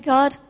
God